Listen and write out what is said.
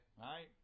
right